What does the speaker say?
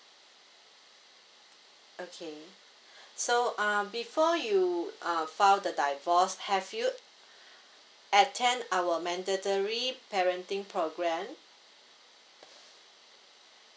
okay so uh before you err file the divorce have you attend our mandatory parenting programme